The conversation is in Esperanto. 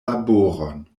laboron